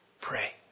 pray